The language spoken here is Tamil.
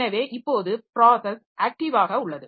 எனவே இப்போது ப்ராஸஸ் ஆக்டிவாக உள்ளது